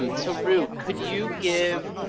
um so, roo, could you give,